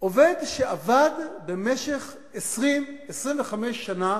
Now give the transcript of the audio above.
עובד שעבד במשך 20, 25 שנה